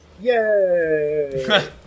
Yay